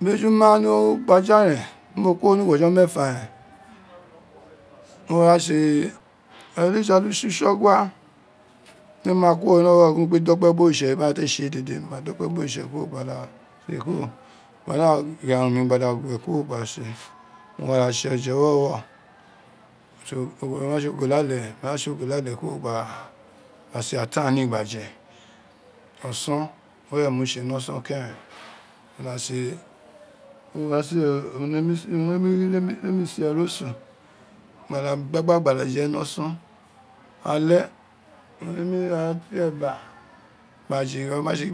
Ni ejima ni ukpaja nen biri no kworo ni ughojo meefa ren. mo wa tse ojijala utse- otsogha nemi ma kuooro ni owuro di ma kpe dokpe gbo ritse bin a te bin a te tse dede, mo ma dokpe gbo ritse kuro gba da itse kuro mo ma da gloe aun mi gba da gwe kuro gba da tse oji owowo o ma tse ogolo ale oma tse ogolo ale gba da se atan ni gba je oron were mo tse ni oson karen, mo nomi se eroso gba da gba igba gba gba da je ni oson ale éné mem ra te eba gba jo, o matse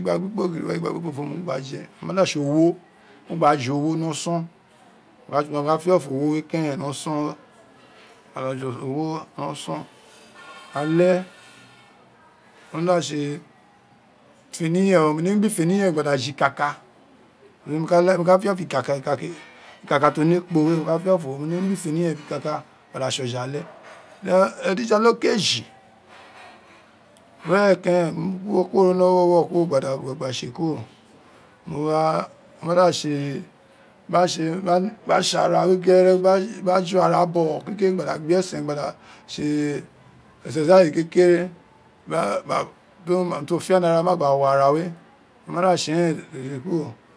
gbagba-kpo gin were gba gba ofe fo owun ughan wi no gba je o ma da tse owọ mo gba je o ma da tse owọ mo gba je owo ni ọsọn, mo ka fiọfọ owọ keren ni ọsọn, ale o ma da tse feni yen o wo nemi gba ifeniyen gba da je ikaka mo ka fiọfọ ikaka ikaka to ne ekpo, mo ka fiọfọ ro, wo neni gba fini yen biri ikaka gba da tse oje ale then ojijala okeji were keren mo kuto ro ni owurọ wurọ gba da gwe gba tse kuro. mo wa o ma da tse, gba tse ara we gene gba ju ara bọghọ, gba da gbe esen gba tse exarsise de tia unin ti o fiọ nara ma gba wo ara we, wo ma da tse eren dede kuro.